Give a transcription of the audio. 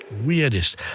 Weirdest